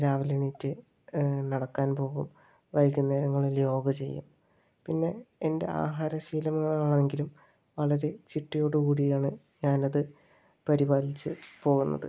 രാവിലെ എണീറ്റ് നടക്കാൻ പോകും വൈകുന്നേരങ്ങളിൽ യോഗ ചെയ്യും പിന്നെ എൻ്റെ ആഹാര ശീലങ്ങൾ ആണെങ്കിലും വളരെ ചിട്ടയോടു കൂടിയാണ് ഞാൻ അത് പരിപാലിച്ചു പോകുന്നത്